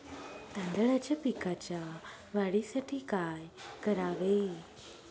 तांदळाच्या पिकाच्या वाढीसाठी काय करावे?